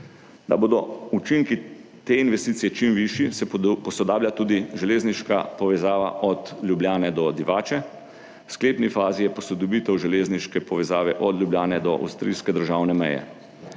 Da bodo učinki te investicije čim višji, se posodablja tudi železniška povezava od Ljubljane do Divače. V sklepni fazi je posodobitev železniške povezave od Ljubljane do avstrijske državne meje.